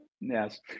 Yes